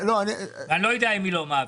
ואני לא יודע אם היא לא מעבירה,